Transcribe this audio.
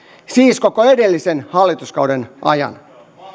siis koko edellisen hallituskauden ajan